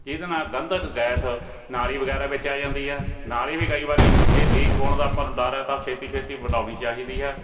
ਜਿਹਦੇ ਨਾਲ ਗੰਧਕ ਗੈਸ ਨਾਲੀ ਵਗੈਰਾ ਵਿੱਚ ਆ ਜਾਂਦੀ ਹੈ ਨਾਲੀ ਵੀ ਕਈ ਵਾਰੀ ਜੇ ਲੀਕ ਹੋਣ ਦਾ ਆਪਾਂ ਨੂੰ ਡਰ ਹੈ ਤਾਂ ਛੇਤੀ ਛੇਤੀ ਵਟਾਉਣੀ ਚਾਹੀਦੀ ਹੈ